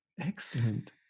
Excellent